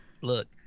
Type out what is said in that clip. Look